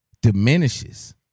diminishes